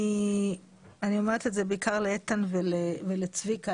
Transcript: אני אומרת בעיקר לאיתן ולצביקה,